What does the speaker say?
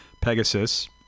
Pegasus